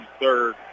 third